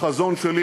בחזון שלי,